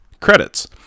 credits